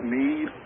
need